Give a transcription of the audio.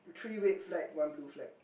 three red flag one blue flag